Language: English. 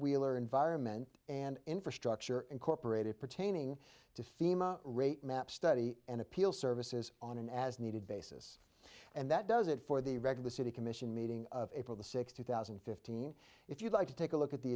wheeler environment and infrastructure and corporator pertaining to fema rate map study and appeal services on an as needed basis and that does it for the record the city commission meeting of april the sixth two thousand and fifteen if you'd like to take a look at the